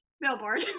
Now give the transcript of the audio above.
billboard